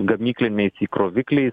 gamykliniais įkrovikliais